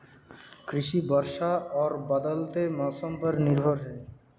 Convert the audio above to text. कृषि वर्षा और बदलते मौसम पर निर्भर है